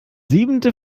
siebente